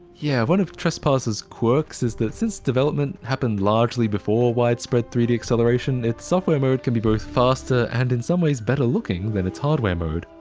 yeah one of trespasser's quirks is that since development happened largely before widespread three d acceleration, its software mode can be both faster and in some ways better looking than its hardware mode.